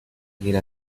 quiere